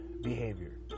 behavior